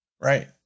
Right